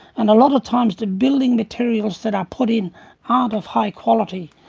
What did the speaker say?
and a lot of times the building materials that are put in aren't of high quality.